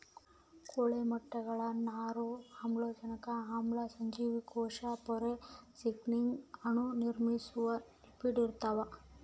ಕೋಳಿ ಮೊಟ್ಟೆಗುಳಾಗ ನಾರು ಅಮೈನೋ ಆಮ್ಲ ಜೀವಕೋಶ ಪೊರೆ ಸಿಗ್ನಲಿಂಗ್ ಅಣು ನಿರ್ಮಿಸುವ ಲಿಪಿಡ್ ಇರ್ತಾವ